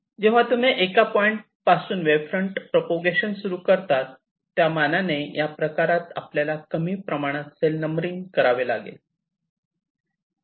जेव्हा तुम्ही एका पॉईंट पासून वेव्ह फ्रंट प्रप्रोगेशन सुरु करतात त्या मानाने या प्रकारात आपल्याला कमी प्रमाणात सेल नंबरिंग करावे लागते